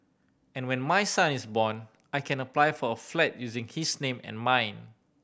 and when my son is born I can apply for a flat using his name and mine